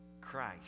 Christ